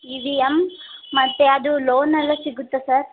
E V M ಮತ್ತು ಅದು ಲೋನೆಲ್ಲ ಸಿಗುತ್ತಾ ಸರ್